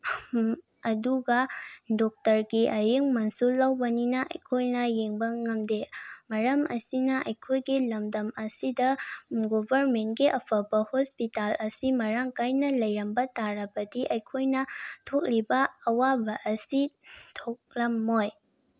ꯑꯗꯨꯒ ꯗꯣꯛꯇꯔꯒꯤ ꯑꯌꯦꯡꯃꯜꯁꯨ ꯂꯧꯕꯅꯤꯅ ꯑꯩꯈꯣꯏꯅ ꯌꯦꯡꯕ ꯉꯝꯗꯦ ꯃꯔꯝ ꯑꯁꯤꯅ ꯑꯩꯈꯣꯏꯒꯤ ꯂꯝꯗꯝ ꯑꯁꯤꯗ ꯒꯣꯚꯔꯃꯦꯟꯒꯤ ꯑꯐꯕ ꯍꯣꯁꯄꯤꯇꯥꯜ ꯑꯁꯤ ꯃꯔꯥꯡ ꯀꯥꯏꯅ ꯂꯩꯔꯝꯕ ꯇꯥꯔꯕꯗꯤ ꯑꯩꯈꯣꯏꯅ ꯊꯣꯛꯂꯤꯕ ꯑꯋꯥꯕ ꯑꯁꯤ ꯊꯣꯛꯂꯝꯃꯣꯏ